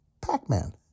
pac-man